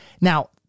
Now